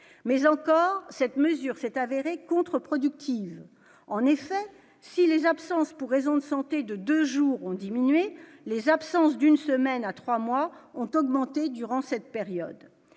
mais encore cette mesure fait avéré contre-productive en effet si les absences pour raisons de santé, de 2 jours ont diminué les absences d'une semaine à 3 mois ont augmenté durant cette période,